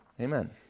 amen